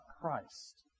Christ